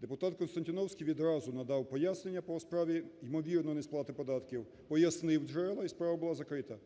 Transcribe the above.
Депутат Константіновський відразу надав пояснення по справ ймовірно несплати податків, пояснив джерела – і справа була закрита.